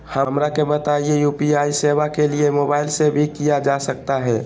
हमरा के बताइए यू.पी.आई सेवा के लिए मोबाइल से भी किया जा सकता है?